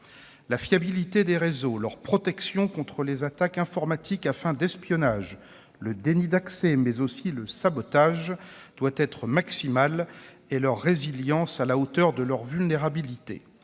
La fiabilité des réseaux, leur protection contre des attaques informatiques à des fins d'espionnage, de déni d'accès, mais aussi de sabotage, doit être maximale et leur résilience à la hauteur de leur vulnérabilité.